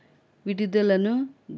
విడుదలను